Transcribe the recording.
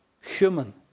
human